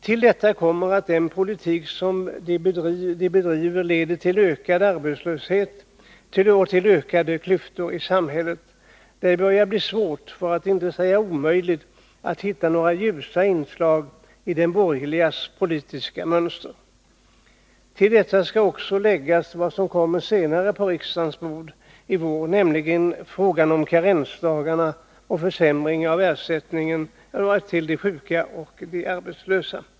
Till detta kommer att den politik som de borgerliga bedriver leder till ökad arbetslöshet och till ökade klyftor i samhället. Det börjar bli svårt, för att inte säga omöjligt, att hitta några ljusa inslag i de borgerligas politiska mönster. Härtill skall också läggas vad som kommer på riksdagens bord senare i vår, nämligen frågan om karensdagarna och försämringen av ersättningen till de sjuka och arbetslösa.